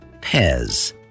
Pez